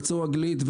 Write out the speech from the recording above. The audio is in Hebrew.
חצור הגלילית,